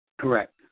Correct